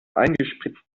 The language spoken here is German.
eingespritzt